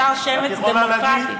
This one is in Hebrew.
תביע את דעתה, והיא עושה את זה בטוב טעם.